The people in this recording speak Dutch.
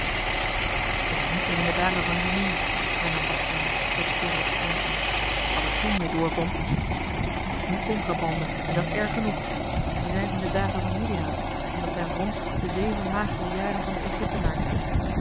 wij zijn niet meer in de dagen van lumey hernam bastiaan het voorhoofd fronsende wat er toen meê door kon a l g bosboom-toussaint de delftsche wonderdokter eel s nu contrabande en dat's erg genoeg we zijn in de dagen van juliaan en dat zijn voor ons de zeven magere jaren van de egyptenaars